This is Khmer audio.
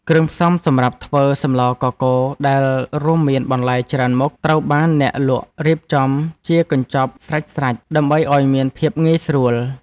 គ្រឿងផ្សំសម្រាប់ធ្វើសម្លកកូរដែលរួមមានបន្លែច្រើនមុខត្រូវបានអ្នកលក់រៀបចំជាកញ្ចប់ស្រេចៗដើម្បីឱ្យមានភាពងាយស្រួល។